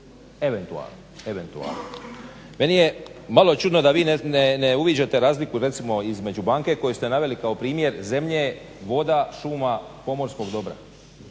eventualno. Meni je malo čudno da vi ne uviđat razliku recimo između banke koju ste naveli kao primjer, zemlje, voda, šuma, pomorskog dobra.